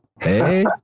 Hey